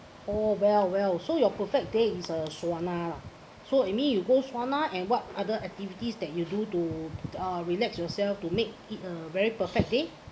oh well well so your perfect day is uh sauna lah so you mean you go sauna and what other activities that you do to uh relax yourself to make it a very perfect day